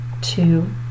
two